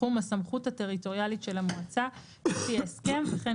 בתחום הסמכות הטריטוריאלית של המועצה לפי ההסכם וכן